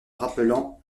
rappelant